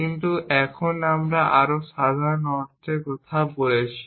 কিন্তু এখন আমরা আরও সাধারণ অর্থে কথা বলছি